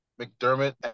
McDermott